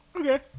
Okay